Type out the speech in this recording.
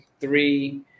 three